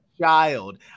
child